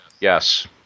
yes